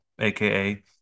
AKA